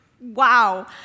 wow